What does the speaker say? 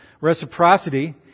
reciprocity